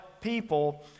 people